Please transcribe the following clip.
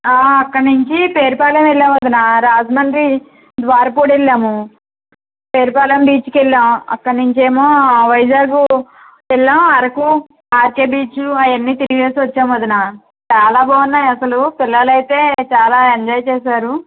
అక్కడి నుంచి పేరుపాలెం వెళ్ళాము వదిన రాజమండ్రి ద్వారపూడి వెళ్ళాము పేరుపాలెం బీచ్కి వెళ్ళాం అక్కడినుంచి ఏమో వైజాగ్ వెళ్ళాము అరకు ఆర్కే బీచ్చు అవన్నీ తిరగేసి వచ్చాము వదిన చాలా బాగున్నాయి అసలు పిల్లలు అయితే చాలా ఎంజాయ్ చేశారు